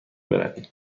برویم